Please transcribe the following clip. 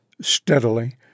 steadily